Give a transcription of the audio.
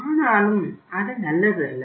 ஆனாலும் அது நல்லதல்ல